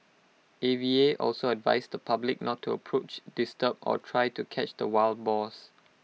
A V A also advised the public not to approach disturb or try to catch the wild boars